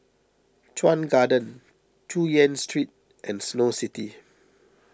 Chuan Garden Chu Yen Street and Snow City